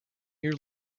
year